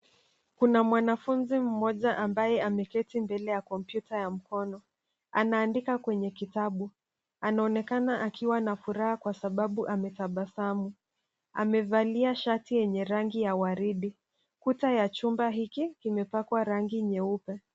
Kuna mwanafunzi mmoja ambaye ameketi mbele ya kompyuta ya mkono. Anaandika kwenye kitabu. Anaonekana akiwa na furaha kwa sababu ametabasamu. Amevalia shati yenye rangi ya waridi. Kuta ya chumba hiki imepakwa rangi nyeupe.